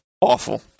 Awful